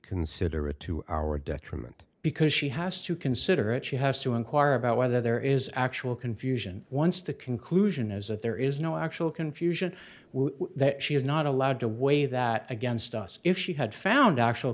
consider it to our detriment because she has to consider it she has to inquire about whether there is actual confusion once the conclusion is that there is no actual confusion that she is not allowed to weigh that against us if she had found actual